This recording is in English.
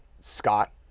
Scott